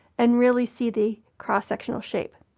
and really see the cross-sectional shape.